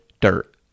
Dirt